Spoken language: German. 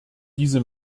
diese